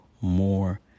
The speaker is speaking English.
more